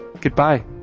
goodbye